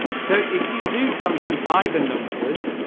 ah so if you do something by the numbers